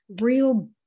real